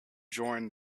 join